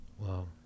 Wow